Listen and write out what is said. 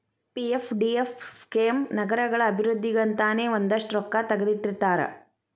PFDF scheme ನಗರಗಳ ಅಭಿವೃದ್ಧಿಗಂತನೇ ಒಂದಷ್ಟ್ ರೊಕ್ಕಾ ತೆಗದಿಟ್ಟಿರ್ತಾರ